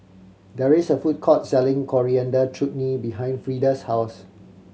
there is a food court selling Coriander Chutney behind Freida's house